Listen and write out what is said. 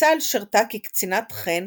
בצה"ל שירתה כקצינת ח"ן